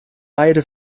beide